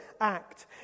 act